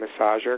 massager